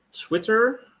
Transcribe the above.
Twitter